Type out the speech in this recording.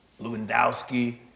Lewandowski